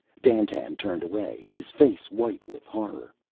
dandtan turned away, his face white with horror.